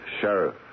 Sheriff